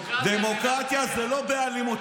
דמוקרטיה זה לא באלימות.